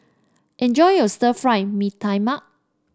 enjoy your Stir Fried Mee Tai Mak